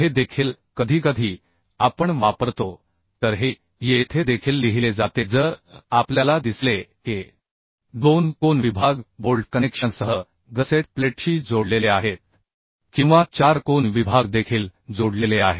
हे देखील कधीकधी आपण वापरतो तर हे येथे देखील लिहिले जाते जर आपल्याला दिसले की हे दोन कोन विभाग बोल्ट कनेक्शनसह गसेट प्लेटशी जोडलेले आहेत किंवा चार कोन विभाग देखील जोडलेले आहेत